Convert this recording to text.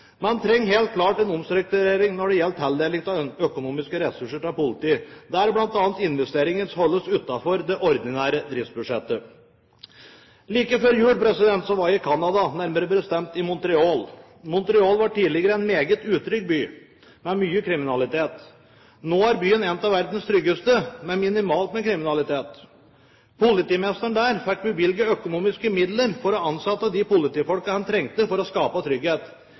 Man trenger helt klart en omstrukturering når det gjelder tildeling av økonomiske ressurser til politiet, der bl.a. investeringer holdes utenfor det ordinære driftsbudsjettet. Like før jul var jeg i Canada, nærmere bestemt i Montreal. Montreal var tidligere en meget utrygg by med mye kriminalitet. Nå er byen en av verdens tryggeste, med minimalt med kriminalitet. Politimesteren der fikk bevilget økonomiske midler til å ansette de politifolkene han trengte for å skape trygghet.